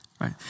right